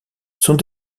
sont